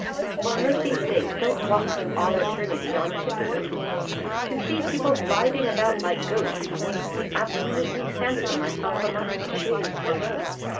for mercy's sake, don't walk to all eternity on tiptoes to see people gliding about like ghosts makes me absolutely fancy myself amongst the shades below.